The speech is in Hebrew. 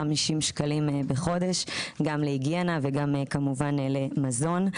שקלים בחודש גם להיגיינה וגם כמובן למזון.